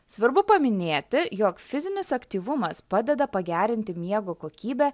svarbu paminėti jog fizinis aktyvumas padeda pagerinti miego kokybę